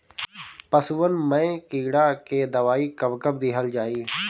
पशुअन मैं कीड़ा के दवाई कब कब दिहल जाई?